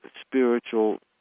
spiritual